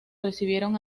recibieron